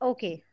Okay